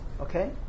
Okay